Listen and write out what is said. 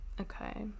okay